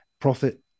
profit